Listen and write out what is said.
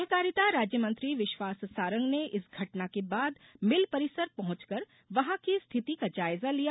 सहकारिता राज्यमंत्री विश्वास सारंग ने इस घटना के बाद मिल परिसर पहॅचकर वहां की स्थिति का जायजा लिया